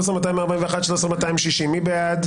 13,181 עד 13,200, מי בעד?